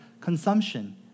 consumption